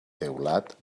teulat